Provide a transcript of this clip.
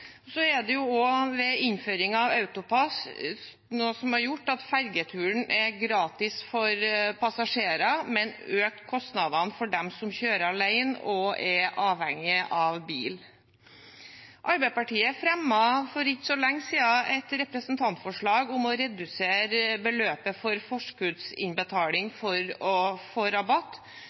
Det er også ved innføring av AutoPASS noe som har gjort at fergeturen er gratis for passasjerer, men økt kostnaden for de som kjører alene og er avhengig av bil. Arbeiderpartiet fremmet for ikke så lenge siden et representantforslag om å redusere beløpet for forskuddsinnbetaling for å få rabatt.